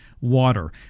water